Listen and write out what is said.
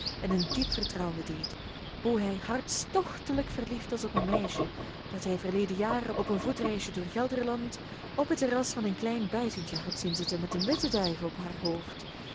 en in diep vertrouwen deed hoe hij hartstochtelijk verliefd was op een meisje dat hij verleden jaar op een voetreisje door gelderland op het terras van een klein buitentje had zien zitten met een witte duif op haar hoofd